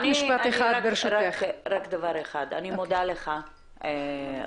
אני מודה לך,